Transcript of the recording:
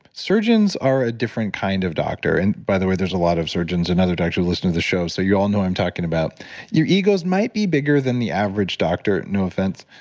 surgeons are a different kind of doctor, and by the way there's a lot of surgeons and other doctors listening to the show. so you all know what i'm talking about your egos might be bigger than the average doctor, no offense,